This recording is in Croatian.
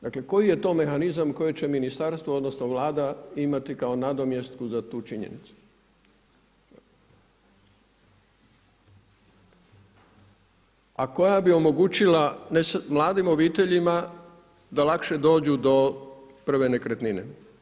Dakle, koji je to mehanizam koji će ministarstvo, odnosno Vlada imati kao nadomjestku za tu činjenicu, a koja bi omogućila mladim obiteljima da lakše dođu do prve nekretnine.